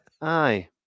Aye